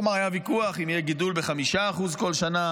כלומר היה ויכוח אם יהיה גידול ב-5% כל שנה